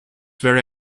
very